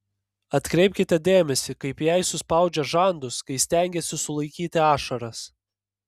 atkreipkite dėmesį kaip jei suspaudžia žandus kai stengiasi sulaikyti ašaras